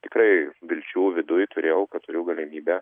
tikrai vilčių viduj turėjau kad turiu galimybę